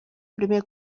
primer